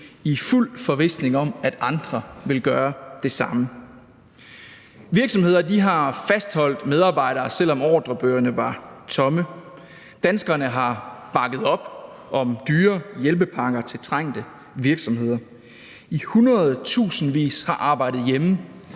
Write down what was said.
i fuld forvisning om, at andre vil gøre det samme. Virksomheder har fastholdt medarbejdere, selv om ordrebøgerne var tomme. Danskerne har bakket op om dyre hjælpepakker til trængte virksomheder. Hundredtusindvis har arbejdet hjemme,